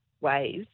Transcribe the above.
ways